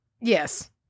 yes